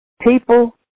People